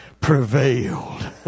prevailed